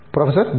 professor B